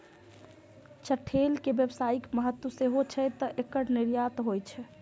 चठैल के व्यावसायिक महत्व सेहो छै, तें एकर निर्यात होइ छै